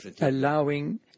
allowing